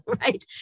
Right